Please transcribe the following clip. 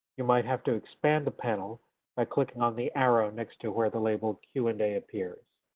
you might have to expand the panel by clicking on the arrow next to where the label q and a appears.